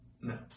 no